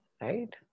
right